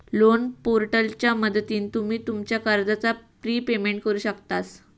loan पोर्टलच्या मदतीन तुम्ही तुमच्या कर्जाचा प्रिपेमेंट करु शकतास